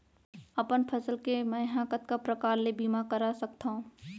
अपन फसल के मै ह कतका प्रकार ले बीमा करा सकथो?